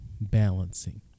balancing